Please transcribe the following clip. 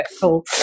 cool